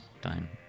time